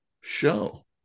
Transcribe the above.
show